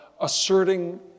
asserting